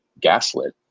gaslit